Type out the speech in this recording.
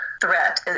threat